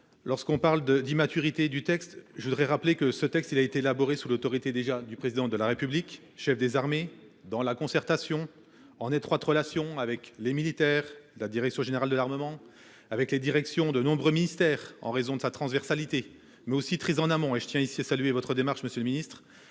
Lorsqu'on parle de d'immaturité du texte. Je voudrais rappeler que ce texte il a été élaboré sous l'autorité déjà du président de la République, chef des armées dans la concertation en étroite relation avec les militaires. La direction générale de l'armement avec les directions de nombreux ministères en raison de sa transversalité, mais aussi très en amont et je tiens ici à saluer votre démarche. Monsieur le Ministre,